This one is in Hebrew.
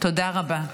תודה רבה.